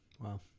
Wow